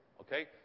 Okay